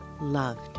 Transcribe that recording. loved